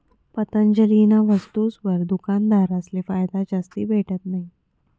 पतंजलीना वस्तुसवर दुकानदारसले फायदा जास्ती भेटत नयी